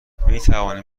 میتوانیم